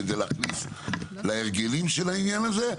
כדי להכניס להרגלים של העניין הזה.